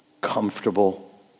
comfortable